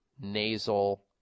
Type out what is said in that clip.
nasal